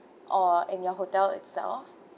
or in your hotel itself